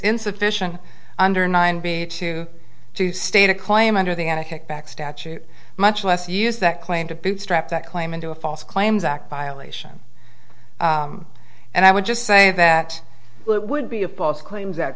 insufficient under nine b two to state a claim under the end of kickback statute much less use that claim to bootstrap that claim into a false claims act violation and i would just say that would be a false claims that